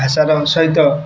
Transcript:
ଭାଷାର ସହିତ